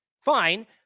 fine